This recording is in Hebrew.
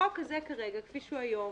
ובחוק זה כרגע, כפי שהוא היום,